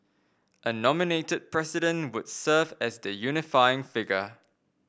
a nominated president would serve as the unifying figure